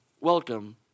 welcome